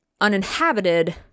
uninhabited